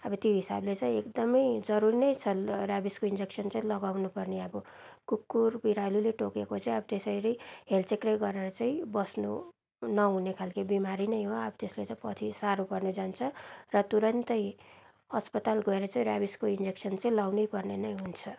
अब त्यो हिसाबले चाहिँ एकदमै जरुरी नै छन् रेबिसको इन्जेक्सन चाहिँ लगाउनुपर्ने अब कुकुर बिरालोले टोकेको चाहिँ अब त्यसरी हेलचेक्राइ गरेर चाहिँ बस्नु नहुने खालको बिमारी नै हो अब त्यसले चाहिँ पछि साह्रो पर्न जान्छ र तुरन्तै अस्पताल गएर चाहिँ रेबिसको इन्जेक्सन चाहिँ लाउनै पर्ने नै हुन्छ